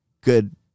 good